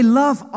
love